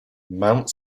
mount